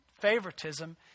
favoritism